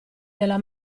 della